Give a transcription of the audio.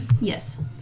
Yes